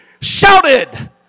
shouted